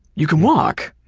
you can walk,